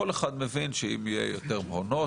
אבל כל אחד מבין שאם יהיו יותר מעונות